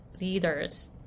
leaders